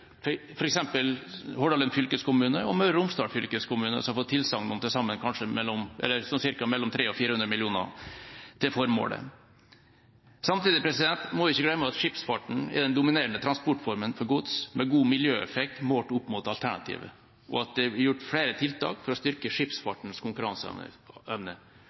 fylkeskommune og Møre og Romsdal fylkeskommune fått tilsagn om til sammen 300–400 mill. kr til dette formålet. Samtidig må vi ikke glemme at skipsfarten er den dominerende transportformen for gods, med god miljøeffekt målt opp mot alternativet, og at det er gjort flere tiltak for å styrke skipsfartens konkurranseevne.